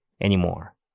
anymore